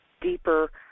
deeper